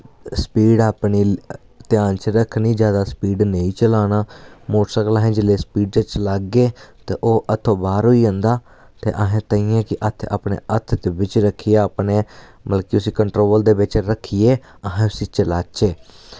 speed अपनी ध्यान च रक्खनी ज्यादा स्पीड नेईं चलाना मोटरसैकल असें जेल्लै स्पीड च चलागे ते ओ हत्थो बाह्र होई जंदा ते असैं ताइयैं कि हत्थ अपने हत्थ दे बिच रक्खियै अपने मतलब के उस्सी कंट्रोल दे बिच रक्खियै असैं उस्सी चलाचै